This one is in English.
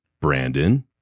Brandon